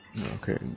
Okay